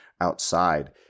outside